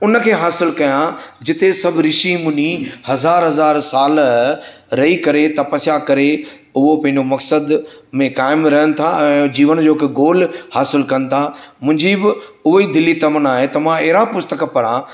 उनखे हासिलु कयां जिते सभु ऋषि मुनि हज़ार हज़ार साल रही करे तपस्या करे उहो पंहिंजो मक़्सदु में कायम रहनि था ऐं जीवन जो हिकु गोल हासिलु कनि था मुंहिंजी बि उहा ई दिलि जी तमना आहे त मां अहिड़ा पुस्तक पढ़ियां